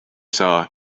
saa